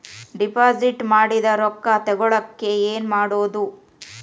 Deposit ಮಾಡಿದ ರೊಕ್ಕ ತಗೋಳಕ್ಕೆ ಏನು ಮಾಡೋದು?